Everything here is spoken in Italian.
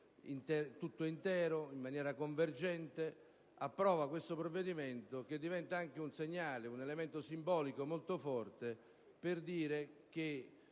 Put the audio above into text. il Senato in maniera convergente approvi questo provvedimento che diventa anche un segnale, un elemento simbolico molto forte per dire che